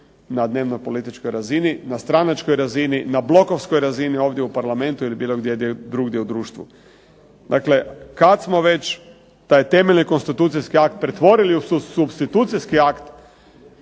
na dnevnopolitičkoj razini, na stranačkoj razini, na blokovskoj razini ovdje u Parlamentu ili bilo gdje drugdje u društvu. Dakle, kad smo već taj temeljni konstitucijski akt pretvorili u supstitucijski akt,